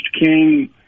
King